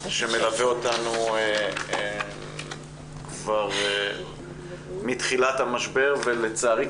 שמלווה אותנו כבר מתחילת המשבר ולצערי,